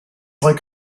like